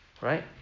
right